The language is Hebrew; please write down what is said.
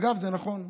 אגב, זה נכון,